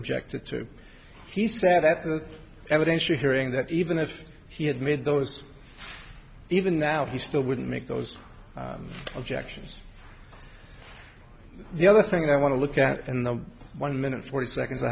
objected to he said that the evidence you're hearing that even if he had made those even now he still wouldn't make those objections the other thing i want to look at and the one minute forty seconds